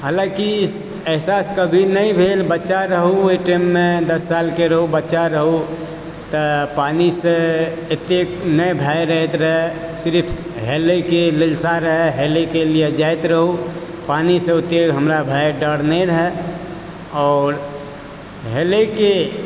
हाँलाकि ई एहसास कभी नहि भेल बच्चा रहू ओहि टाइम मे दस साल के रहू बच्चा रहू तऽ पानि से अत्तेक नहि भय रहैत रहै सिरिफ हेलय के लालसा रहै हेलयके लिय जाइत रहू पानि सऽ ओत्ते हमरा भय डर नहि रहै आओर हेलय के